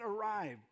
arrived